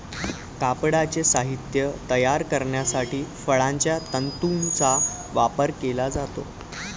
कापडाचे साहित्य तयार करण्यासाठी फळांच्या तंतूंचा वापर केला जातो